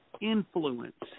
influence